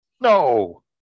No